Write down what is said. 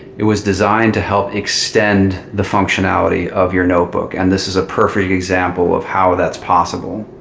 it was designed to help extend the functionality of your notebook, and this is a perfect example of how that's possible.